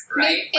right